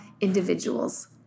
individuals